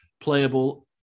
playable